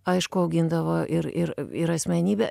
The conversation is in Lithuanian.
aišku augindavo ir ir ir asmenybę